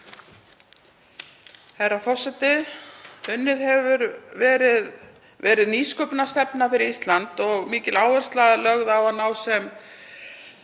Herra forseti. Unnin hefur verið nýsköpunarstefna fyrir Ísland og mikil áhersla lögð á að ná til